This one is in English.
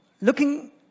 looking